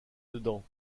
dedans